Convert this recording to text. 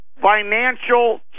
Financial